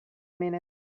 minute